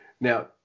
Now